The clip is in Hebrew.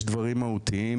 יש דברים מהותיים,